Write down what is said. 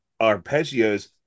arpeggios